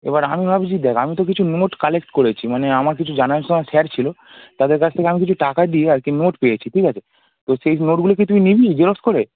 এবার আমি ভাবছি দেখ আমি তো কিছু নোট কালেক্ট করেছি মানে আমার কিছু জানাশোনা স্যার ছিল তাদের কাছ থেকে আমি কিছু টাকা দিয়ে আর কি নোট পেয়েছি ঠিক আছে তো সেই নোটগুলো কি তুই নিবি জেরক্স করে